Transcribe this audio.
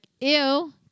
ew